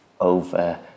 over